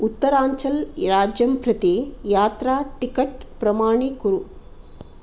उत्तराञ्चल् राज्यं प्रति यात्रा टिकट् प्रमाणी कुरु